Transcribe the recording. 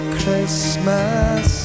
Christmas